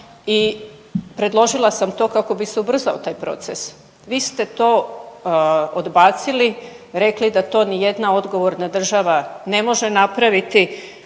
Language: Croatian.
i predložila sam to kako bi se ubrzao taj proces. Vi ste to odbacili, rekli da to ni jedna odgovorna država ne može napraviti,